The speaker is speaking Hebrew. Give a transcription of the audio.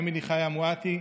אמילי חיה מואטי,